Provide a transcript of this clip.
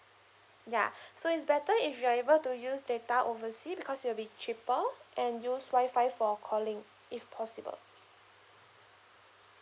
ya so it's better if you're able to use data oversea because it will be cheaper and use wifi for calling if possible